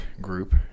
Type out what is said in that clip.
group